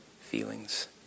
feelings